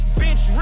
bitch